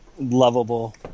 lovable